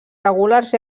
regulars